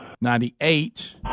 ninety-eight